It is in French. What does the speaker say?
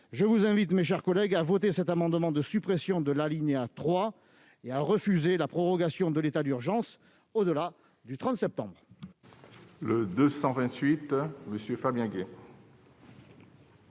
je vous invite, mes chers collègues, à voter cet amendement de suppression de l'alinéa 3 et à refuser la prorogation de l'état d'urgence au-delà du 30 septembre. L'amendement